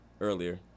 earlier